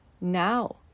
now